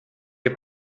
wir